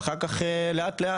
ואחר כך, לאט-לאט.